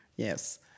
Yes